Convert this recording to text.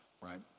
Right